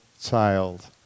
child